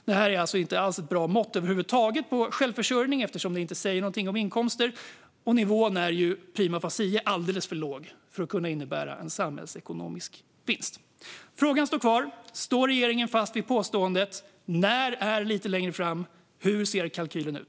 Det här är alltså inte alls ett bra mått på självförsörjning eftersom det inte säger någonting om inkomster, och nivån är ju prima facie alldeles för låg för att kunna innebära en samhällsekonomisk vinst. Frågan står kvar: Står regeringen fast vid påståendet? När är "lite längre fram"? Hur ser kalkylen ut?